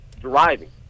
driving